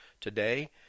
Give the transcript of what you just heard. today